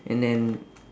and then